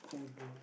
ulu